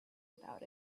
about